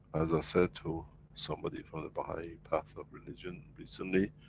as i said to somebody from the baha'i path of religion recently,